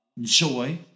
joy